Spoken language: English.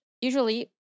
usually